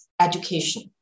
education